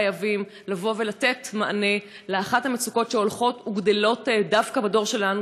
חייבים לבוא ולתת מענה לאחת המצוקות שהולכות וגדלות דווקא בדור שלנו,